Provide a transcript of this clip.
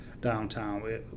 downtown